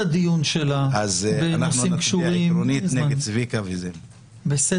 הדיון שלה בנושאים קשורים --- אז אנחנו